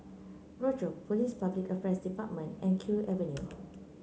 Rochor Police Public Affairs Department and Kew Avenue